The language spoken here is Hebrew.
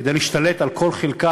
כדי להשתלט על כל חלקה,